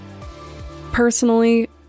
Personally